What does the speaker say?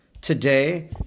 Today